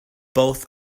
both